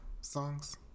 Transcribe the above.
songs